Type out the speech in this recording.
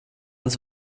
uns